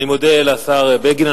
אני מודה לשר בגין.